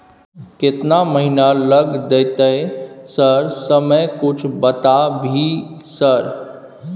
केतना महीना लग देतै सर समय कुछ बता भी सर?